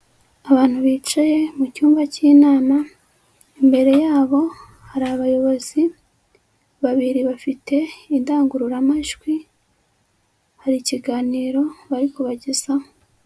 Abantu bicaye mucyumba cy'inama, imbere yabo hari abayobozi, babiri bafite indangururamajwi, hari ikiganiro bari kubagezaho.